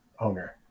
owner